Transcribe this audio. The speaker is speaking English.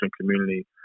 community